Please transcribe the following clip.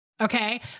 Okay